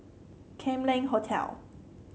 Kam Leng Hotel